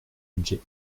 budgets